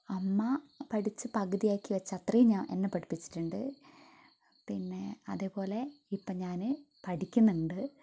അമ്മ പഠിച്ച് പകുതിയാക്കി വച്ച അത്രയും ഞാൻ എന്നെ പഠിപ്പിച്ചിട്ടുണ്ട് പിന്നെ അതേ പോലെ ഇപ്പം ഞാൻ പഠിക്കുന്നുണ്ട്